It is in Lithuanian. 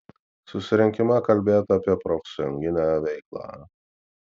susirinkime kalbėta apie profsąjunginę veiklą